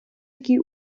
який